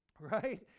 right